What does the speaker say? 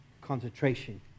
concentration